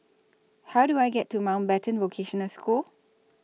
How Do I get to Mountbatten Vocational School